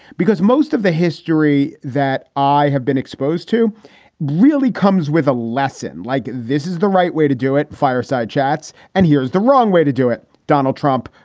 because most of the history that i have been exposed to really comes with a lesson like this is the right way to do it. fireside chats and here's the wrong way to do it. donald trump,